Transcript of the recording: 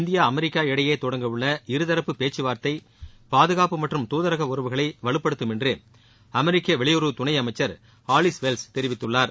India America இடையே தொடங்க உள்ள இருதரப்பு பேச்சுவார்த்தை பாதுகாப்பு மற்றும் தூதர உறவுகளை வலுப்படுத்தும் என்று அமெரிக்க வெளியுறவு துணை அமைச்சர் ஆலிஸ் வெல்ஸ் தெரிவித்துள்ளார்